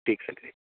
ठीक है दीदी